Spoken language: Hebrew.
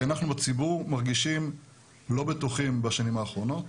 כי אנחנו בציבור מרגישים לא בטוחים בשנים האחרונות